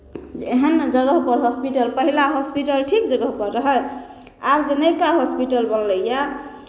जे एहन ने जगहपर हॉस्पिटल पहिला हॉस्पिटल ठीक जगहपर रहय आब जे नयका हॉस्पिटल बनलैए